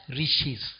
riches